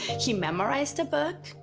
he memorized a book,